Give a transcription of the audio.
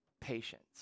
Patience